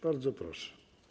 Bardzo proszę.